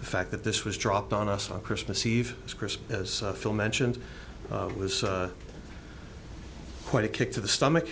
the fact that this was dropped on us on christmas eve christmas as phil mentioned was quite a kick to the stomach